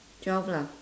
twelve lah